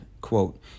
quote